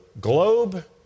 globe